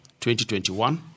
2021